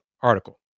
article